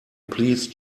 please